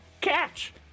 catch